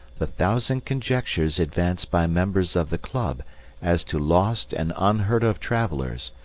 the thousand conjectures advanced by members of the club as to lost and unheard-of travellers,